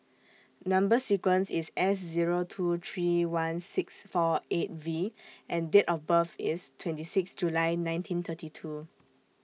Number sequence IS S Zero two three one six four eight V and Date of birth IS twenty six July nineteen thirty two